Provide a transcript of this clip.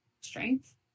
Strength